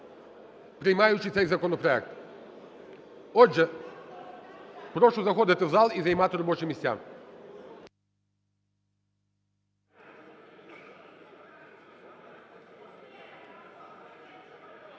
приймаючи цей законопроект. Отже, прошу заходити в зал і займати робочі місця.